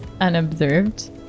unobserved